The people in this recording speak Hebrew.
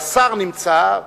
והשר נמצא.